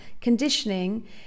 conditioning